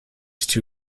two